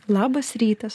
labas rytas